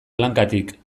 lankatik